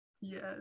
yes